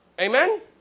Amen